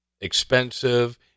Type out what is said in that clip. expensive